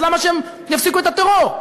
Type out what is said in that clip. אז למה שהם יפסיקו את הטרור?